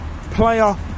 player